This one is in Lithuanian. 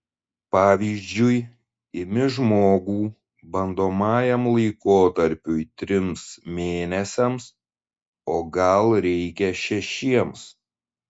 pavyzdžiui imi žmogų bandomajam laikotarpiui trims mėnesiams o gal reikia šešiems